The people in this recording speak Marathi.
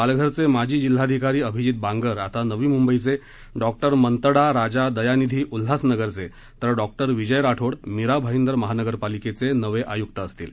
पालघरचे माजी जिल्हाधिकारी अभिजीत बांगर आता नवी मुंबईचे डॉक्टर मंतडा राजा दयानिधी उल्हासनगरचे तर डॉक्टर विजय राठोड मिरा भाईंदर महानगरपालिकेचे नवे आयुक्त असतील